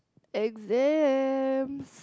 exams